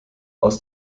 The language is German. aus